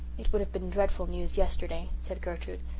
it would have been dreadful news yesterday, said gertrude,